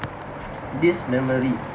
this memory